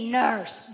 nurse